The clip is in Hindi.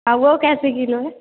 और वह कै रुपये किलो है